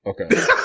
okay